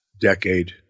decade